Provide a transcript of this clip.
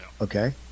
Okay